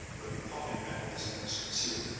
where the pumping mechanism was concealed.